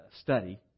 study